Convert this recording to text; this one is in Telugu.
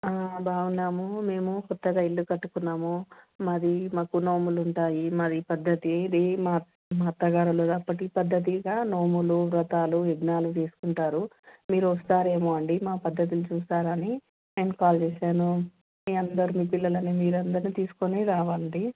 బాగున్నాము మేము కొత్తగా ఇల్లు కట్టుకున్నాము మాది మాకు నోములు ఉంటాయి మాది పద్ధతి ఇది మా అ మా అత్తగారు వాళ్ళ అప్పటి పద్ధతిగా నోములు వ్రతాలు యజ్ఞాలు చేసుకుంటారు మీరు వస్తారేమో అండి మా పద్ధతులు చూస్తారని నేను కాల్ చేసాను మీ అందరిని పిల్లలని మీరు అందరిని తీసుకొని రండి